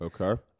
Okay